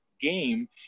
game